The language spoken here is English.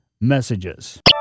messages